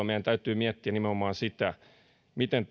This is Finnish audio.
meidän täytyy miettiä nimenomaan sitä miten